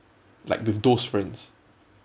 like with those friends